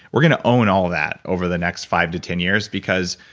we're going to own all of that over the next five to ten years because,